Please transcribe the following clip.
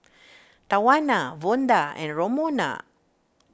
Tawana Vonda and Romona